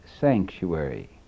sanctuary